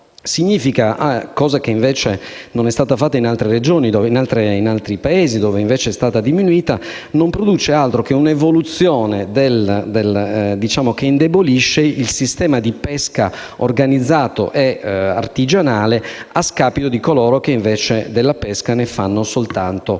sportiva - cosa che non è stata fatta in altri Paesi, dove, al contrario, è stata diminuita - non produce altro che un'evoluzione che indebolisce il sistema di pesca organizzato e artigianale a scapito di coloro che invece della pesca ne fanno soltanto un